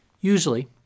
Usually